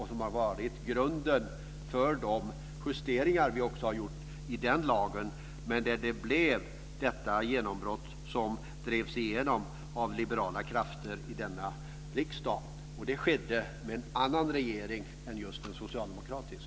Den har varit grunden för de justeringar vi har gjort. Detta genombrott drevs igenom av liberala krafter här i riksdagen. Det skedde under en annan regering än just en socialdemokratisk.